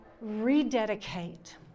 rededicate